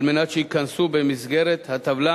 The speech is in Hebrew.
על מנת שייכנסו במסגרת הטבלה